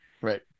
Right